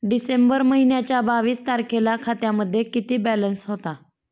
डिसेंबर महिन्याच्या बावीस तारखेला खात्यामध्ये किती बॅलन्स होता?